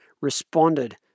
responded